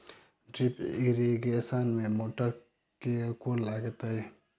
Drip irrigation मे motor केँ लागतै?